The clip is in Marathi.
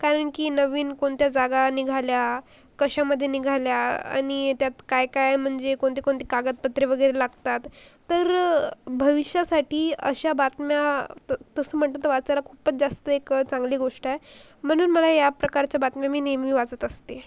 कारण की नवीन कोणत्या जागा निघाल्या कशामध्ये निघाल्या आणि त्यात काय काय म्हणजे कोणते कोणते कागदपत्रे वगैरे लागतात तर भविष्यासाठी अशा बातम्या त तसं म्हटलं तर वाचायला खूपच जास्त एक चांगली गोष्ट आहे म्हणून मला याप्रकारच्या बातम्या मी नेहमी वाचत असते